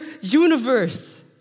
universe